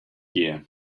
gear